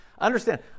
Understand